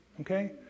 okay